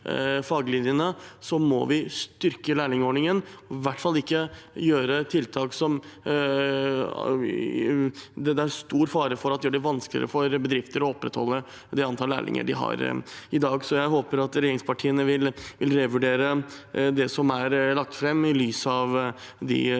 må vi styrke lærlingordningen og i hvert fall ikke sette inn tiltak som det er stor fare for at gjør det vanskeligere for bedrifter å opprettholde det antallet lærlinger de har i dag. Jeg håper regjeringspartiene vil revurdere det som er lagt fram, i lys av den